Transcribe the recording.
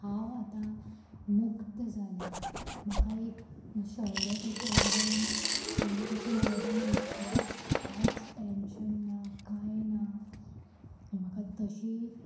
हांव आतां मुक्त जालें म्हाका एक शेवणें कशें वाऱ्यान शेवणें कशें मळबान उडटा कांयच टॅन्शन ना कांय ना म्हाका तशी